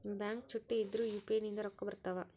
Bank ಚುಟ್ಟಿ ಇದ್ರೂ UPI ನಿಂದ ರೊಕ್ಕ ಬರ್ತಾವಾ?